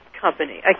company